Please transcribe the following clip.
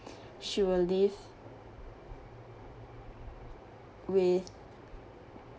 she will live with